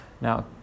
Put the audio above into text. Now